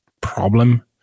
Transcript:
problem